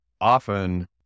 often